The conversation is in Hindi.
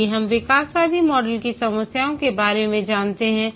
आइए हम विकासवादी मॉडल की समस्याओं के बारे में जानते हैं